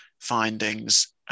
findings